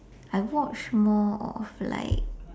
I watch more of like